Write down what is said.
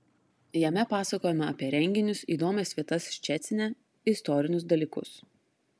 jame pasakojama apie renginius įdomias vietas ščecine istorinius dalykus